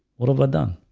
what about done?